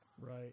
right